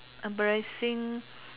embarrassing